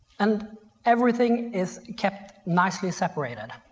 and everything is kept nicely separated.